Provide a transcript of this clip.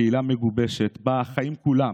קהילה מגובשת שבה חיים כולם